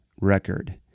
record